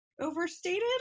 overstated